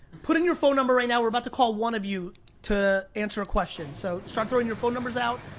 put in your phone number right now. we're about to call one of you to answer a question. so start throwing your phone numbers out,